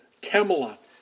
camelot